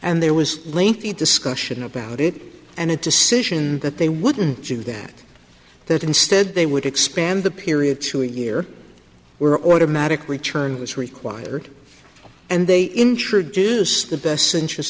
and there was lengthy discussion about it and a decision that they wouldn't do that that instead they would expand the period to a year were automatic return was required and they introduced the best interest